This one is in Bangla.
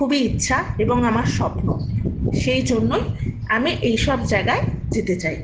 খুবই ইচ্ছা এবং আমার স্বপ্ন সেই জন্যই আমি এই সব জাগায় যেতে চাই